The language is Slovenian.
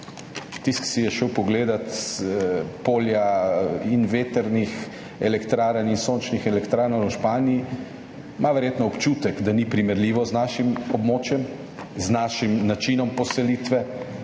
ki si je šel pogledat polja vetrnih in sončnih elektrarn v Španiji, ima verjetno občutek, da niso primerljiva z našim območjem, z našim načinom poselitve,